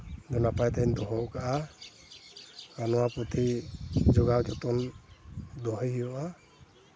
ᱤᱧᱫᱚ ᱱᱟᱯᱟᱭ ᱛᱤᱧ ᱫᱚᱦᱚ ᱟᱠᱟᱫᱼᱟ ᱟᱨ ᱱᱚᱣᱟ ᱯᱩᱛᱷᱤ ᱡᱚᱜᱟᱣ ᱡᱚᱛᱚᱱ ᱫᱚᱦᱚᱭ ᱦᱩᱭᱩᱜᱼᱟ